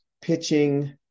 pitching